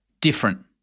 different